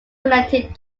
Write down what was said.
connected